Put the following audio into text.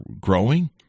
growing